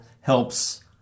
helps